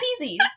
Easy